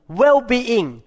well-being